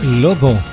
Lobo